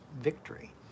victory